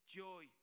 joy